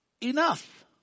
enough